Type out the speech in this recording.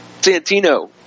Santino